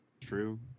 True